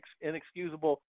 inexcusable